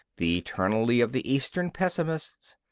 the eternity of the eastern pessimists,